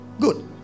good